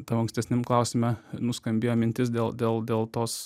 tavo ankstesniam klausime nuskambėjo mintis dėl dėl dėl tos